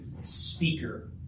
speaker